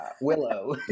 Willow